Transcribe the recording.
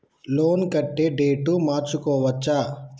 Loan కట్టే date మార్చుకోవచ్చా?